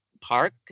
park